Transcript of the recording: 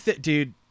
Dude